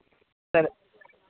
sir